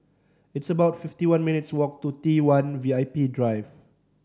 it's about fifty one minutes' walk to Tone V I P Drive